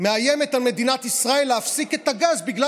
מאיימת על מדינת ישראל להפסיק את הגז בגלל